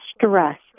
stress